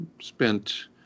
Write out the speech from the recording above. spent